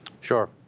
Sure